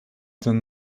ten